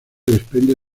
desprende